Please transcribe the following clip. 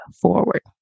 forward